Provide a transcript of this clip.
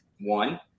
one